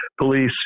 police